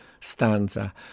stanza